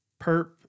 perp